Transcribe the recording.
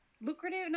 lucrative